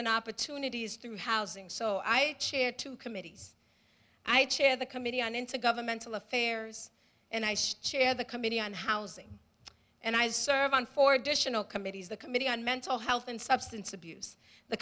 an opportunity is through housing so i chaired two committees i chair the committee on intergovernmental affairs and i share the committee on housing and i serve on for additional committees the committee on mental health and substance abuse the